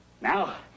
Now